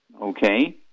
okay